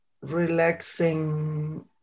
relaxing